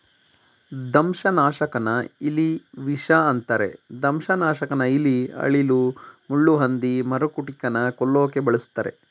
ದಂಶನಾಶಕನ ಇಲಿವಿಷ ಅಂತರೆ ದಂಶನಾಶಕನ ಇಲಿ ಅಳಿಲು ಮುಳ್ಳುಹಂದಿ ಮರಕುಟಿಕನ ಕೊಲ್ಲೋಕೆ ಬಳುಸ್ತರೆ